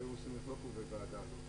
היו עושים יחלוקו בוועדה הזאת.